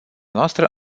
noastră